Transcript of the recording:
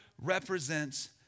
represents